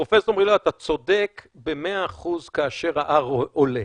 פרופ' מילוא, אתה צודק במאה אחוז כאשר ה-R עולה.